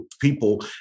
people